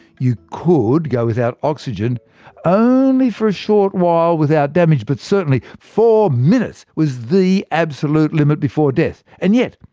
you could go without oxygen only for a short while without damage but certainly, four minutes was the absolute limit before death. and yet,